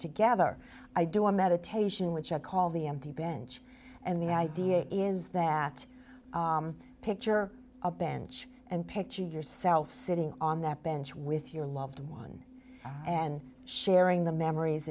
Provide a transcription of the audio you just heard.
together i do a meditation which i call the empty bench and the idea is that picture a bench and picture yourself sitting on that bench with your loved one and sharing the memories